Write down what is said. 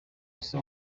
ese